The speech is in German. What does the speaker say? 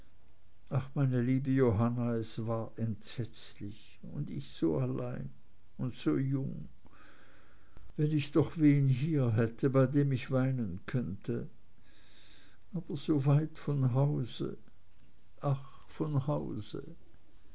ach meine liebe johanna es war entsetzlich und ich so allein und so jung ach wenn ich doch wen hier hätte bei dem ich weinen könnte aber so weit von hause ach von hause